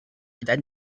and